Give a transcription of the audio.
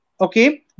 okay